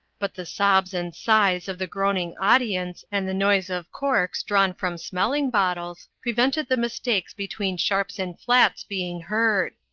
but the sobs and sighs of the groaning audience and the noise of corks drawn from smelling bottles prevented the mistakes between sharps and flats being heard.